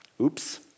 Oops